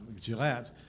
Gillette